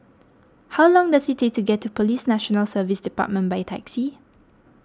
how long does it take to get to Police National Service Department by taxi